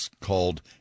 called